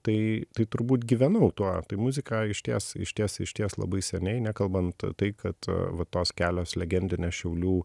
tai tai turbūt gyvenau tuo tai muziką išties išties išties labai seniai nekalbant tai kad va tos kelios legendinės šiaulių